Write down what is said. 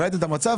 ראיתם את המצב,